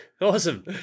Awesome